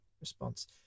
response